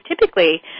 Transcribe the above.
typically